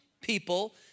people